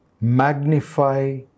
magnify